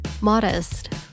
Modest